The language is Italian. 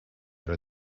era